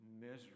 misery